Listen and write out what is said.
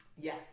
Yes